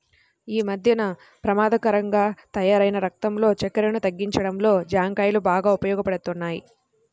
యీ మద్దెన పెమాదకరంగా తయ్యారైన రక్తంలో చక్కెరను తగ్గించడంలో జాంకాయలు బాగా ఉపయోగపడతయ్